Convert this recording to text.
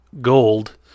gold